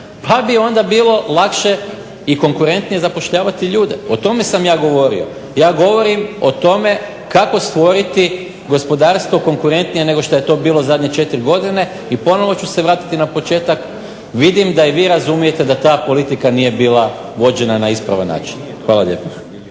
pa bi onda bilo lakše i konkurentnije zapošljavati ljude. O tome sam ja govorio. Ja govorim o tome kako stvoriti gospodarstvo konkurentnije nego što je to bilo zadnje četiri godine i ponovo ću se vratiti na početak, vidim da i vi razumijete da ta politika nije bila vođena na ispravan način. Hvala lijepa.